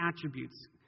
attributes